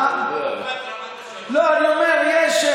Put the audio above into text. לא, אני אומר, יש.